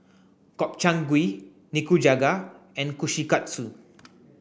Gobchang Gui Nikujaga and Kushikatsu